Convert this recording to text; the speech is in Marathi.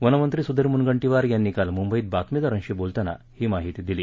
वनमंत्री सुधीर मुनगंटीवार यांनी काल मुंबईत बातमीदारांशी बोलताना ही माहिती दिली